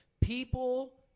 people